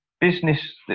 business